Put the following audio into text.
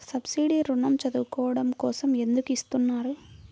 Subsidy ఋణం చదువుకోవడం కోసం ఎందుకు ఇస్తున్నారు?